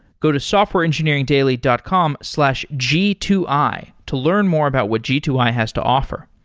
go to softwareengineeringdaily dot com slash g two i to learn more about what g two i has to offer.